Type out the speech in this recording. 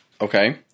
Okay